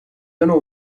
know